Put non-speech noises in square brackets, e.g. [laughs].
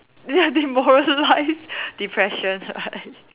[laughs] ya demoralised depression right